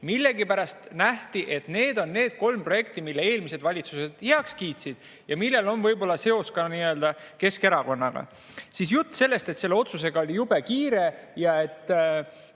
millegipärast nähti, et need on need kolm projekti, mille eelmised valitsused heaks kiitsid ja millel on võib-olla seos ka Keskerakonnaga. Siis jutt sellest, et selle otsusega oli jube kiire ja et